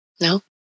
no